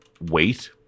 wait